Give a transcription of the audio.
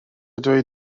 dweud